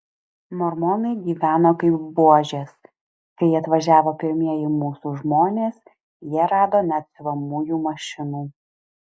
mormonai gyveno kaip buožės kai atvažiavo pirmieji mūsų žmonės jie rado net siuvamųjų mašinų